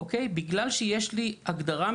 מפנים אותם להרצליה?